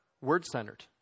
word-centered